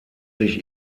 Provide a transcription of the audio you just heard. sich